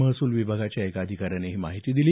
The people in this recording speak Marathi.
महसूल विभागाच्या एका अधिकाऱ्यानं ही माहिती दिली